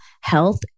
health